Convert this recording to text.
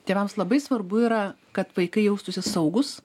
tėvams labai svarbu yra kad vaikai jaustųsi saugūs